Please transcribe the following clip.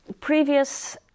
previous